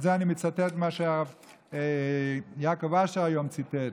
את זה אני מצטט ממה שהרב יעקב אשר היום ציטט,